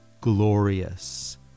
glorious